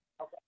Okay